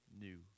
new